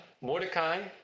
Mordecai